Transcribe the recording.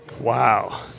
Wow